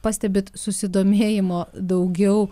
pastebit susidomėjimo daugiau